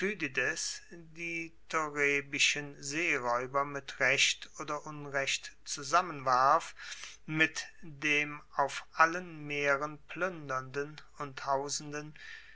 seeraeuber mit recht oder unrecht zusammenwarf mit dem auf allen meeren pluendernden und hausenden